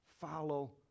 follow